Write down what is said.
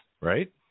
right